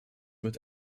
mit